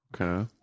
Okay